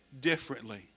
differently